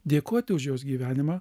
dėkoti už jos gyvenimą